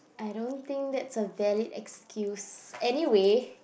I don't think that's a valid excuse anyway